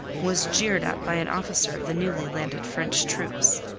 was jeered at by an officer of the newly landed french troops.